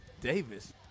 Davis